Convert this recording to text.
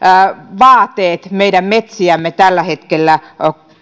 vaateet meidän metsiämme tällä hetkellä